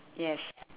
yes